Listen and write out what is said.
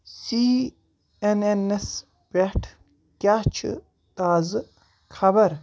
C اٮ۪ن اٮ۪ن نس پٮ۪ٹھ کیٛاہ چھُ تازٕ خبر